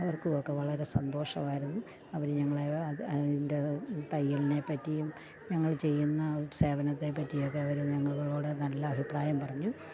അവർക്കുമൊക്കെ വളരെ സന്തോഷമായിരുന്നു അവർ ഞങ്ങളെ അത് അതിൻ്റെ തയ്യലിനെപ്പറ്റിയും ഞങ്ങൾ ചെയ്യുന്ന സേവനത്തേപ്പറ്റിയൊക്കെ അവർ ഞങ്ങളോട് നല്ല അഭിപ്രായം പറഞ്ഞു